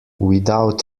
without